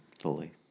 Fully